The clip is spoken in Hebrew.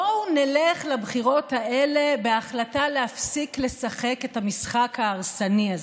בואו נלך לבחירות האלה בהחלטה להפסיק לשחק את המשחק ההרסני הזה,